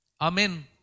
Amen